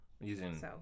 Using